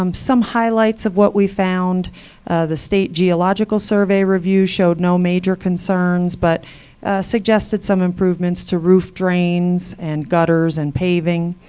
um some highlights of what we found the state geological survey review showed no major concerns but suggested some improvements to roof drains, and gutters, and paving.